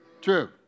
True